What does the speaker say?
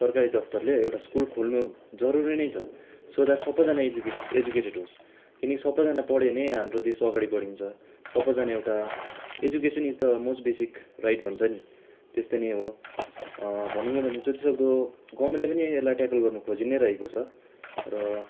सरकारी दफ्तरले एउटा स्कुल खोल्नु जरुरी नै छ सो द्याट सबैजना एजुकेस एजुकेटेड होस् किनकि सबैजना पढ्यो भने हाम्रो देश अगाडि बढिन्छ सबैजना एउटा education is the most basic right भन्छ नि त्यस्तै नै हो भनौँ नै भने जतिसक्दो गर्मेन्टले पनि यसलाई ट्याकल गर्नु खोजी नै रहेको छ र